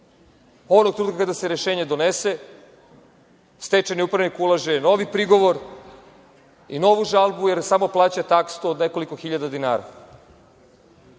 Onog trenutka kada se rešenje donese stečajni upravnik ulaže novi prigovor i novu žalbu, jer samo plaća taksu od nekoliko hiljada dinara.